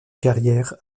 carrière